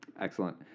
Excellent